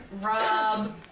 Rob